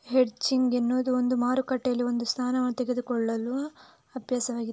hedging ಎನ್ನುವುದು ಒಂದು ಮಾರುಕಟ್ಟೆಯಲ್ಲಿ ಒಂದು ಸ್ಥಾನವನ್ನು ತೆಗೆದುಕೊಳ್ಳುವ ಅಭ್ಯಾಸವಾಗಿದೆ